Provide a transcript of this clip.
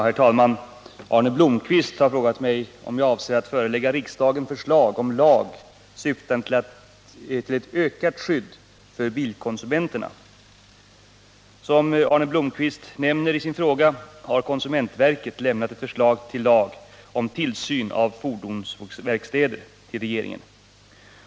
Herr talman! Arne Blomkvist har frågat mig om jag avser att förelägga riksdagen förslag om lag syftande till ett ökat skydd för bilkonsumenterna. Som Arne Blomkvist nämner i sin fråga har konsumentverket lämnat ett förslag till lag om tillsyn av fordonsverkstäder till regeringen.